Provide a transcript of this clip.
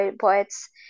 poets